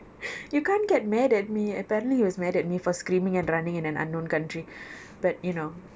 you can't get mad at me apparently he was mad at me for screaming and running in an unknown country but you know